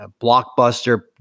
blockbuster